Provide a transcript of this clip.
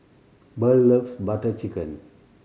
Burl loves Butter Chicken